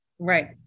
Right